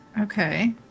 Okay